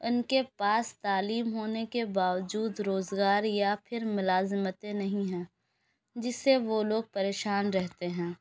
ان کے پاس تعلیم ہونے کے باوجود روزگار یا پھر ملازمتیں نہیں ہیں جس سے وہ لوگ پریشان رہتے ہیں